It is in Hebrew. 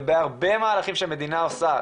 ובהרבה מהלכים שמדינה עושה,